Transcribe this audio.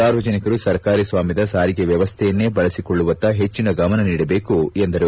ಸಾರ್ವಜನಿಕರು ಸರ್ಕಾರಿ ಸ್ವಾಮ್ಖದ ಸಾರಿಗೆ ವ್ಯವಸ್ಥೆಯನ್ನೇ ಬಳಸಿಕೊಳ್ಳುವತ್ತ ಹೆಚ್ಚಿನ ಗಮನ ನೀಡಬೇಕು ಎಂದರು